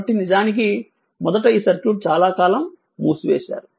కాబట్టి నిజానికి మొదట ఈ సర్క్యూట్ చాలా కాలం మూసివేసారు